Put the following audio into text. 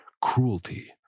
cruelty